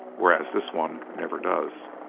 whereas this one never does.